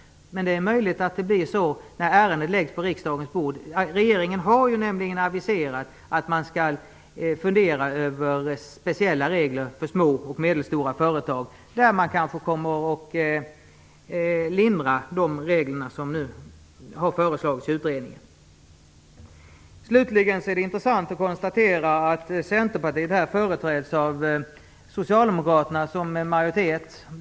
Men det är möjligt att det blir så när ärendet läggs på riksdagens bord. Regeringen har nämligen aviserat att man skall fundera över speciella regler för små och medelstora företag. Man kommer kanske att lindra de regler som nu har föreslagits i utredningen. Slutligen är det intressant att konstatera att Centerpartiet här företräds av den socialdemokratiska majoriteten.